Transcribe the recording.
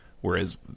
whereas